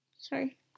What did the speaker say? Sorry